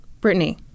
Brittany